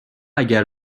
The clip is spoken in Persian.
اگر